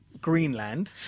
Greenland